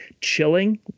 chilling